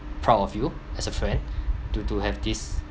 proud of you as a friend to to have this